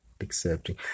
accepting